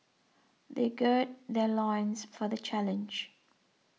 they gird their loins for the challenge